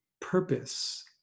purpose